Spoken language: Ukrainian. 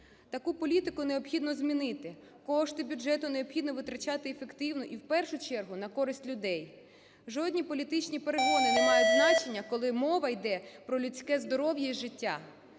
Таку політику необхідно змінити. Кошти бюджету необхідно витрачати ефективно і в першу чергу на користь людей. Жодні політичні перегони не мають значення, коли мова йде про людське здоров'я і життя.